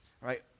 Right